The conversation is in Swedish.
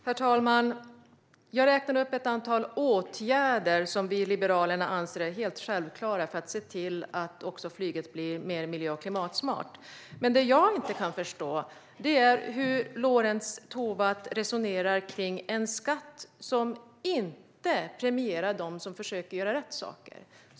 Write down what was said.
Herr talman! Jag räknade upp ett antal åtgärder som vi i Liberalerna anser vara helt självklara för att flyget ska bli mer miljö och klimatsmart. Men det jag inte kan förstå är hur Lorentz Tovatt resonerar kring en skatt som inte premierar dem som försöker göra rätt saker.